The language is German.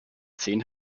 zehn